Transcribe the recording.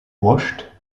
washed